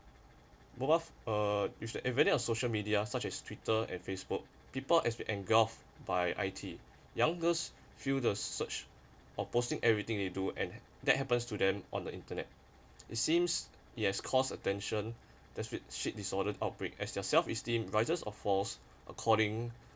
uh everything on social media such as twitter and facebook people as we engulfed by I_T youngest feel the search or posting everything they do and that happens to them on the internet it seems it has caused attention that's outbreak as their self esteem rises or falls according